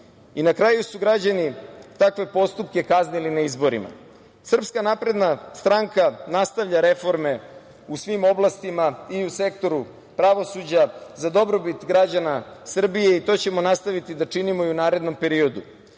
Na kraju su građani takve postupke kaznili na izborima. Srpska napredna stranka nastavlja reforme u svim oblastima, i u sektoru pravosuđa, za dobrobit građana Srbije i to ćemo nastaviti da činimo i u narednom periodu.U